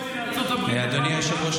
אדוני היושב-ראש,